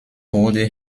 wurde